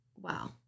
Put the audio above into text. Wow